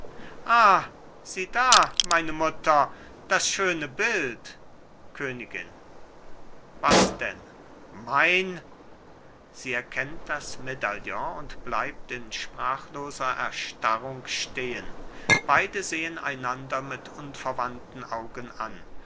sieh da meine mutter das schöne bild königin was denn mein sie erkennt das medaillon und bleibt in sprachloser erstarrung stehen beide sehen einander mit unverwandten augen an